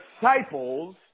disciples